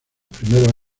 primeros